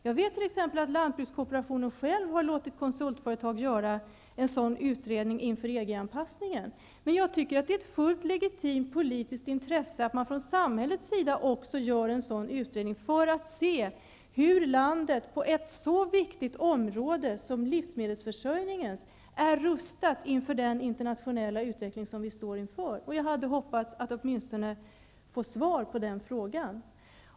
Jag vet t.ex. att lantbrukskooperationen själv har låtit konsultföretag göra en sådan utredning inför Jag tycker att det är ett fullt legitimt politiskt intresse att också samhället gör en sådan utredning för att se hur landet på ett så viktigt område som livsmedelsförsörjningen är rustat för den internationella utveckling som vi står inför. Jag hade hoppats att få svar åtminstone på den frågan.